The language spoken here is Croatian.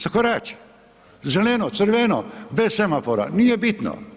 Zakorači, zeleno, crveno, bez semafora, nije bitno.